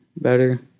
better